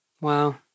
Wow